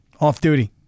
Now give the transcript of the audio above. off-duty